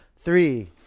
Three